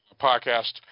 podcast